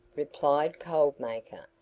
replied cold maker.